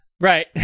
Right